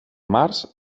març